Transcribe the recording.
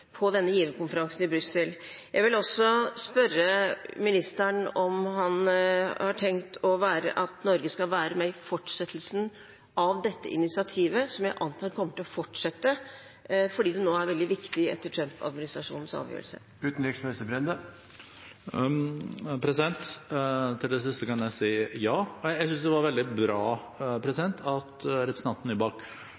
på denne giverkonferansen i Brussel. Jeg vil også spørre ministeren om han har tenkt at Norge skal være med i fortsettelsen av dette initiativet, som jeg antar kommer til å fortsette, fordi det nå er veldig viktig etter Trump-administrasjonens avgjørelse. Til det siste kan jeg si ja. Jeg synes det var veldig bra